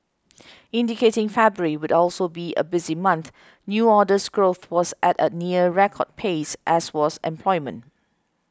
indicating February would also be a busy month new orders growth was at a near record pace as was employment